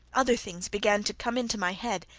other things began to come into my head.